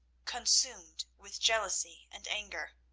consumed with jealousy and anger.